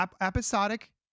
episodic